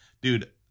dude